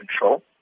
control